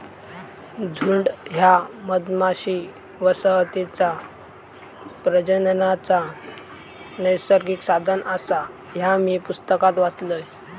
झुंड ह्या मधमाशी वसाहतीचा प्रजननाचा नैसर्गिक साधन आसा, ह्या मी पुस्तकात वाचलंय